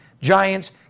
Giants